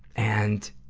and,